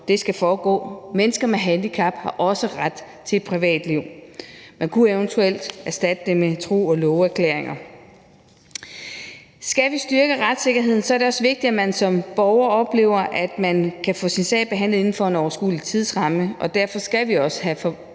det skal foregå. Mennesker med handicap har også ret til et privatliv. Man kunne eventuelt erstatte det med tro og love-erklæringer. Skal vi styrke retssikkerheden, er det også vigtigt, at man som borger oplever, at man kan få sin sag behandlet inden for en overskuelig tidsramme, og derfor skal vi også have